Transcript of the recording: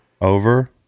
over